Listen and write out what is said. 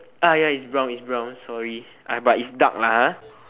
ya it's brown it's brown sorry ya but it's dark lah